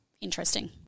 interesting